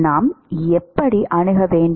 நாம் எப்படி அணுக வேண்டும்